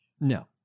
No